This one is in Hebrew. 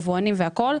יבואנים והכול,